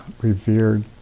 revered